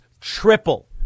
triple